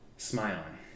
Smiling